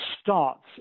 starts